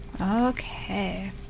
okay